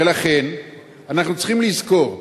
ולכן אנחנו צריכים לזכור,